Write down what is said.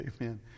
Amen